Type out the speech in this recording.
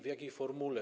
W jakiej formule?